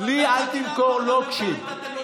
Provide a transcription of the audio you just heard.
לי אל תמכור לוקשים.